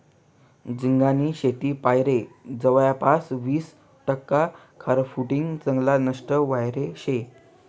झिंगानी शेतीना पायरे जवयपास वीस टक्का खारफुटीनं जंगल नष्ट व्हयेल शे